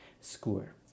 square